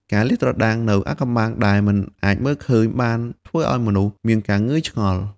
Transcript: ការលាតត្រដាងនូវអាថ៌កំបាំងដែលមិនអាចមើលឃើញបានធ្វើឲ្យមនុស្សមានការងឿងឆ្ងល់។